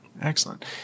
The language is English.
Excellent